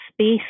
space